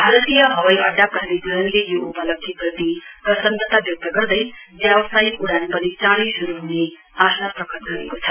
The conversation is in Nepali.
भारतीय हवाईअङ्डा प्राधिकरणले यो उपलब्धी प्रति यस कार्यरप्रति खशी व्यक्त गर्दै व्यावसायिक उड़ान पनि चाँडै शुरु हुने आशा प्रकट गरेको छ